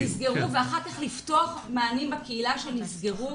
נסגרו ואחר כך לפתוח מענים בקהילה שנסגרו,